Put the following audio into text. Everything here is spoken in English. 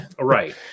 Right